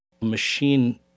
machine